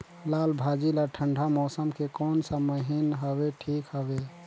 लालभाजी ला ठंडा मौसम के कोन सा महीन हवे ठीक हवे?